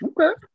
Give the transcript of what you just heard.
Okay